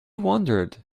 wondered